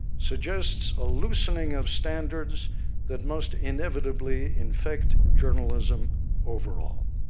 suggests a loosening of standards that must, inevitably, infect journalism overall.